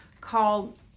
called